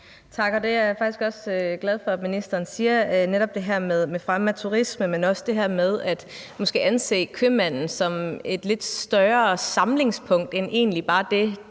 Tak. Jeg er faktisk også glad for, at ministeren siger netop det her med fremme af turisme, men også det her med, at man skal anse købmanden som et lidt større samlingspunkt end det, der